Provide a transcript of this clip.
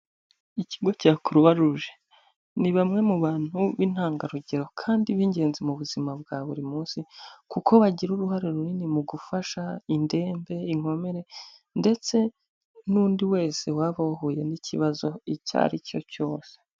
Ikigo cya kuruwaruje, ni bamwe mu bantu b'intangarugero kandi b'ingenzi mu buzima bwa buri munsi kuko bagira uruhare runini mu gufasha indembe, inkomere ndetse n'undi wese waba wahuye n'ikibazo icyo ari cyo cyose.